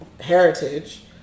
heritage